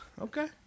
Okay